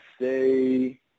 say